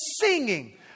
singing